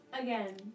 Again